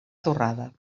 torrada